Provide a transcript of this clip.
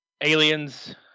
Aliens